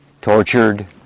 tortured